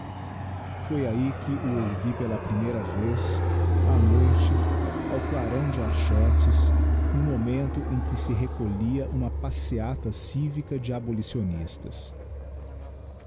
foi ahi que o ouvi pela primeira vez á noite ao clarão de archotes no momento em que se recolhia uma passeata civica de abolicionistas